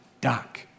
Doc